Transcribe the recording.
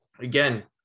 again